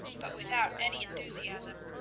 but without any enthusiasm.